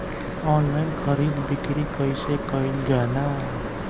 Online खरीद बिक्री कइसे कइल जाला?